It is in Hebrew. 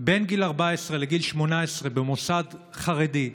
בין גיל 14 לגיל 18 במוסד חרדי,